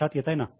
लक्षात येताय ना